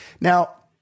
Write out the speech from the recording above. Now